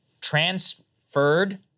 transferred